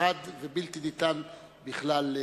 חד ובלתי ניתן לפקפוק.